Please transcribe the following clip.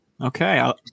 Okay